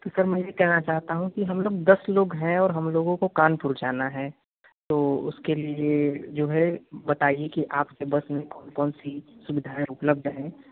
तो सर मैं यह कहना चाहता हूँ कि हम लोग दस लोग हैं और हम लोगों को कानपुर जाना है तो उसके लिए जो है बताइए कि आपके बस में कौन कौन सी सुविधाएँ उपलब्ध हैं